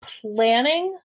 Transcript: planning